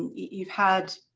you've had